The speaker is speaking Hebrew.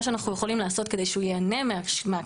מה שאנחנו יכולים לעשות כדי שהוא יהנה מהתשלום